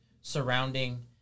surrounding